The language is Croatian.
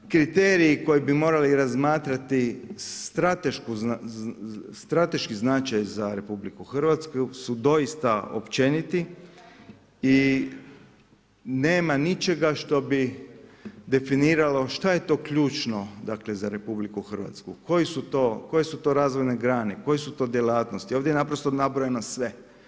Dakle kriteriji koje bi morali razmatrati strateški značaj za RH su doista općeniti i nema ničega što bi definiralo šta je to ključno za RH, koje su to razvojne grane, koje su to djelatnosti ovdje je naprosto nabrojeno sve.